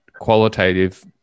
qualitative